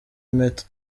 impeta